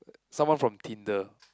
someone from Tinder